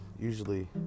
usually